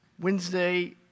Wednesday